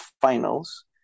finals